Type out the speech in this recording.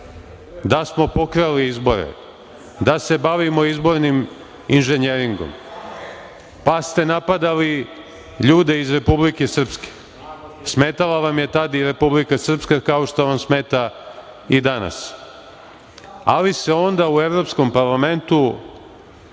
da smo pokrali izbore, da se bavimo izbornim inženjeringom, pa ste napadali ljude iz Republike Srpske. Smetala vam je tada i Republika Srpska kao što vam smeta i danas. Ali se onda u Evropskom parlamentu